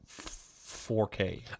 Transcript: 4k